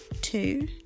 Two